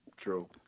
True